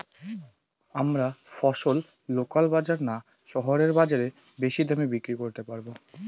আমরা ফসল লোকাল বাজার না শহরের বাজারে বেশি দামে বিক্রি করতে পারবো?